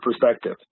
perspective